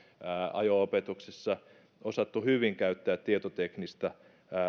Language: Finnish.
ajo opetuksessa osattu hyvin käyttää tietoteknistä